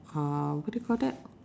uh what do you call that